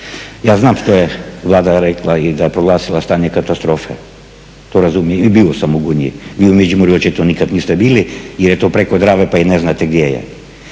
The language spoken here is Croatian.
ja znam što je Vlada rekla i da je proglasila stanje katastrofe i bio sam u Gunji. Vi u Međimurju očito nikad niste bili jer je to preko Drave pa i ne znate gdje je,